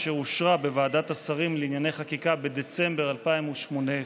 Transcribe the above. אשר אושרה בוועדת השרים לענייני חקיקה בדצמבר 2018,